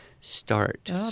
start